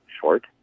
short